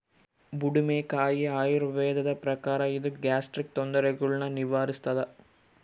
ಬುಡುಮೆಕಾಯಿ ಆಯುರ್ವೇದದ ಪ್ರಕಾರ ಇದು ಗ್ಯಾಸ್ಟ್ರಿಕ್ ತೊಂದರೆಗುಳ್ನ ನಿವಾರಿಸ್ಥಾದ